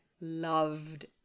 loved